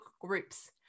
groups